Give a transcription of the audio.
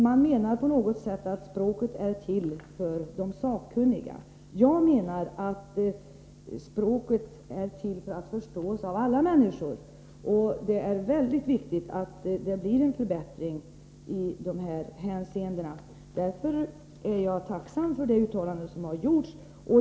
De menar att språket på något sätt är till för de sakkunniga. Jag anser att det juridiska språket måste kunna förstås av alla människor. Det är utomordentligt viktigt, att det blir en förbättring i dessa hänseenden. Jag är därför tacksam för de uttalanden som har gjorts.